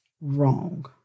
wrong